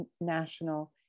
national